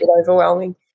overwhelming